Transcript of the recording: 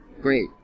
great